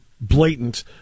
blatant